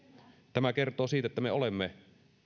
tämä kertoo siitä että me olemme